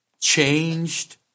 changed